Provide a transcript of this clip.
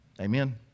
Amen